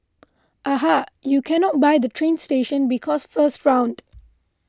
aha you cannot buy the train station because first round